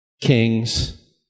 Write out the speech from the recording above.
kings